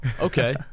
Okay